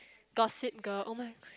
Gossip-Girl oh my